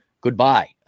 goodbye